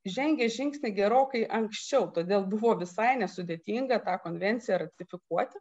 žengė žingsnį gerokai anksčiau todėl buvo visai nesudėtinga tą konvenciją ratifikuoti